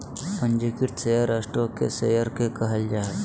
पंजीकृत share stock के share के कहल जा हइ